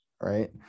right